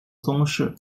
宗室